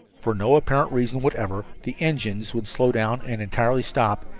for no apparent reason whatever the engines would slow down and entirely stop,